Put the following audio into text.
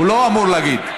הוא לא אמור להגיד.